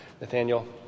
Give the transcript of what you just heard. Nathaniel